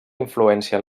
influència